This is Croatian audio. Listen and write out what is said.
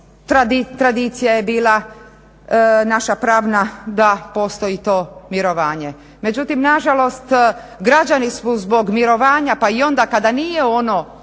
tradicija je bila naša pravna da postoji to mirovanje. Međutim, nažalost građani su zbog mirovanja pa i onda kada se nije